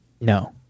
no